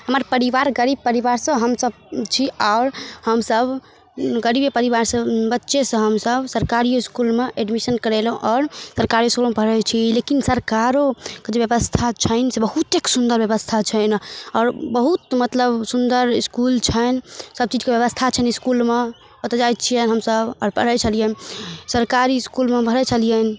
हमर परिवार गरीब परिवारसँ हमसभ छी आओर हमसभ गरीबे परिवारसँ बच्चेसँ हमसभ सरकारिए इसकुलमे एडमिशन करेलहुँ आओर सरकारी इसकुलमे पढ़ै छी लेकिन सरकारोके जे बेबस्था छनि से बहुते सुन्दर बेबस्था छनि आओर बहुत मतलब सुन्दर इसकुल छनि सबचीजके बेबस्था छनि इसकुलमे ओतऽ जाइ छिअनि हमसभ आओर पढ़ै छलिअनि सरकारी इसकुलमे पढ़ै छलिअनि